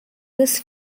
this